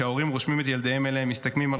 שההורים שרושמים את ילדיהם אליהם מסתמכים על